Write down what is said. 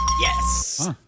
Yes